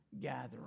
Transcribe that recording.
gathering